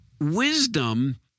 wisdom